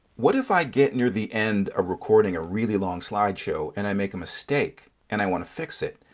what if i get near the end of ah recording a really long slide show and i make a mistake and i want to fix it.